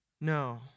No